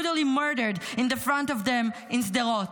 murdered in front of them in Sderot.